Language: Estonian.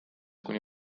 kuni